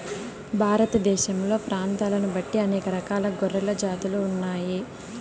భారతదేశంలో ప్రాంతాలను బట్టి అనేక రకాల గొర్రెల జాతులు ఉన్నాయి